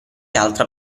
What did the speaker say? altra